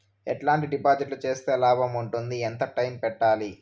ఎట్లాంటి డిపాజిట్లు సేస్తే లాభం ఉంటుంది? ఎంత టైము పెట్టాలి?